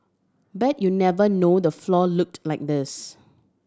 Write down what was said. bet you never know the floor looked like this